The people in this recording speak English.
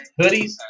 hoodies